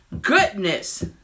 goodness